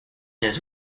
his